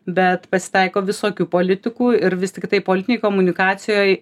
bet pasitaiko visokių politikų ir vis tiktai politinėj komunikacijoj